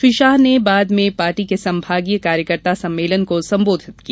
श्री शाह ने बाद में पार्टी के संभागीय कार्यकर्ता सम्मेलन को संबोधित किया